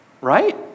Right